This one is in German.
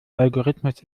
algorithmus